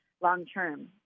long-term